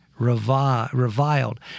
reviled